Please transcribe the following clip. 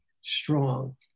strong